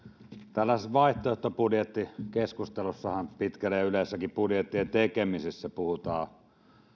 tällaisessa vaihtoehtobudjettikeskustelussahan pitkään ja yleensäkin budjettien tekemisessä puhutaan